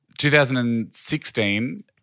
2016